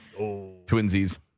Twinsies